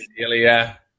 Ilya